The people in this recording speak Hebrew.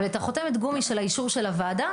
אבל את חותמת הגומי של האישור של הוועדה